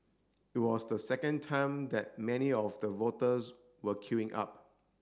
it was the second time that many of the voters were queuing up